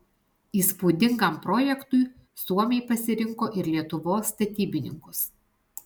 įspūdingam projektui suomiai pasirinko ir lietuvos statybininkus